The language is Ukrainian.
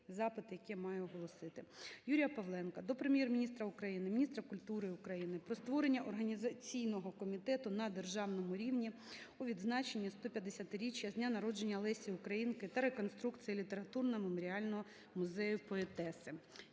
запити, які маю оголосити. Юрія Павленка до Прем'єр-міністра України, міністра культури України про створення організаційного комітету на державному рівні у відзначенні 150-річчя з дня народження Лесі Українки та реконструкції літературно-меморіального музею поетеси.